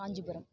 Kanchipuram